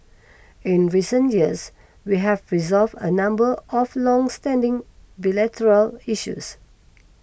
in recent years we have resolved a number of longstanding bilateral issues